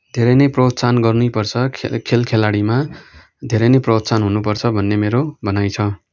धेरै नै प्रोत्साहन गर्नैपर्छ खेल खेलाडीमा धेरै नै प्रोत्साहन हुनुपर्छ भन्ने मेरो भनाइ छ